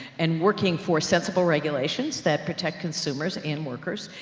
and working for sensible regulations that protect consumers and workers.